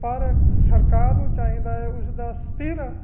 ਪਰ ਸਰਕਾਰ ਨੂੰ ਚਾਹੀਦਾ ਹੈ ਉਸਦਾ ਸਥਿਰ